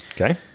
Okay